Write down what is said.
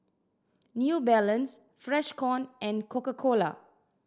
New Balance Freshkon and Coca Cola